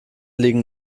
liegen